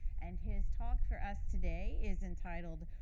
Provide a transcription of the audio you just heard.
and his talk for us today is entitled,